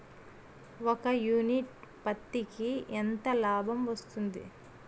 ఒక యూనిట్ పత్తికి ఎంత లాభం వస్తుంది?